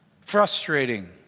frustrating